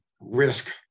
risk